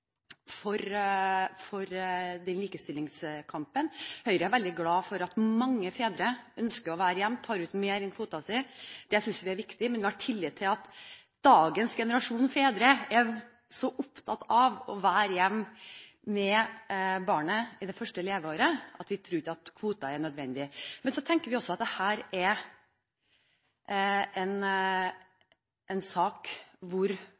for likestillingskampen. Høyre er veldig glad for at mange fedre ønsker å være hjemme og tar ut mer enn kvoten sin. Det synes vi er viktig, men vi har tillit til at dagens generasjon fedre er så opptatt av å være hjemme med barnet i det første leveåret at vi ikke tror at kvoten er nødvendig. Så tenker vi også at dette er en sak hvor